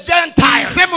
Gentiles